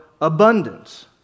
abundance